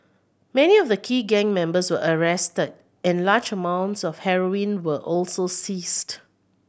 many of the key gang members were arrested and large amounts of heroin were also seized